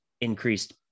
increased